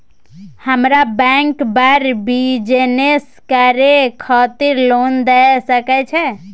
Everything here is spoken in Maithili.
हमरा बैंक बर बिजनेस करे खातिर लोन दय सके छै?